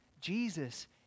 jesus